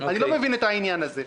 אני לא מבין את העניין הזה.